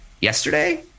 yesterday